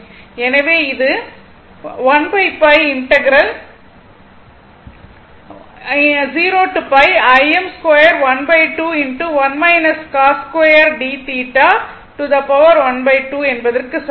எனவே இது என்பதற்கு சமம்